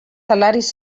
salaris